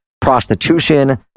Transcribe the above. prostitution